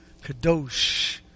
kadosh